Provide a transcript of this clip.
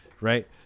right